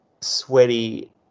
sweaty